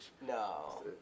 No